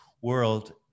world